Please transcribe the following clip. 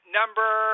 number